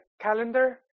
calendar